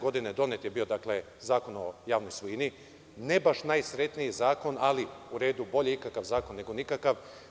Godine 2011. donet je bio Zakon o javnoj svojini, ne baš najsrećniji zakon, ali u redu, bolje ikakav zakon nego nikakav.